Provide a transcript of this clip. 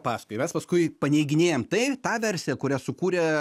paskui mes paskui paneiginėjam tai tą versiją kurią sukūrė